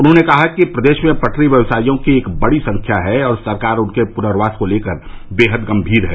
उन्होंने कहा कि प्रदेश में पटरी व्यव्सायियों की एक बड़ी संख्या है और सरकार उनके पुनर्वास को लेकर बेहद गंभीर है